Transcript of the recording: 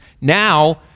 Now